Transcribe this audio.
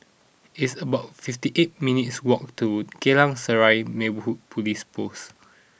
it's about fifty eight minutes' walk to Geylang Serai Neighbourhood Police Post